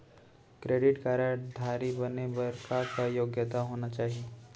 Credit card धारी बने बर का का योग्यता होना चाही?